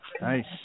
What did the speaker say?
Nice